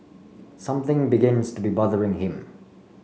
something begins to be bothering him